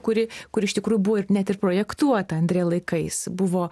kuri kuri iš tikrųjų buvo ir net ir projektuota andrė laikais buvo